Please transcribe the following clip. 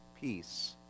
peace